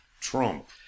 Trump